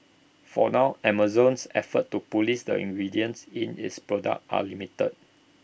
for now Amazon's efforts to Police the ingredients in its products are limited